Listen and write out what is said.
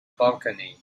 balcony